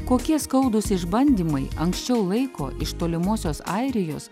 kokie skaudūs išbandymai anksčiau laiko iš tolimosios airijos